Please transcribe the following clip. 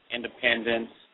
Independence